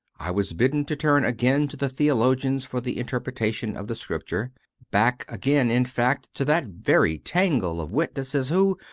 i was bidden to turn again to the theologians for the interpretation of the scripture back again, in fact, to that very tangle of witnesses who,